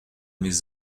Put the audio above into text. mes